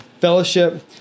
fellowship